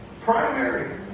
primary